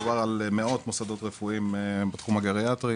מדובר על מאות מוסדות רפואיים בתחום הגריאטרי